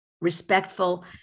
respectful